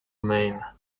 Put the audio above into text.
maine